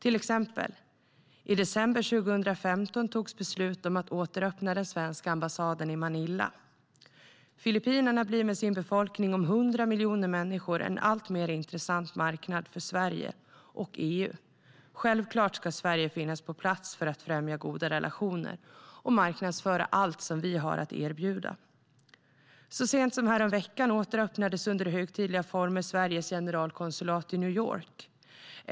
I december 2015 togs till exempel beslut om att åter öppna den svenska ambassaden i Manila. Filippinerna blir med sin befolkning om 100 miljoner människor en alltmer intressant marknad för Sverige och EU. Självklart ska Sverige finnas på plats för att främja goda relationer och marknadsföra allt som vi har att erbjuda. Så sent som häromveckan återöppnades under högtidliga former Sveriges generalkonsulat i New York.